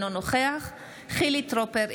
אינו נוכח חילי טרופר,